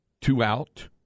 two-out